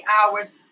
hours